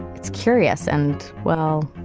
it's curious and, well,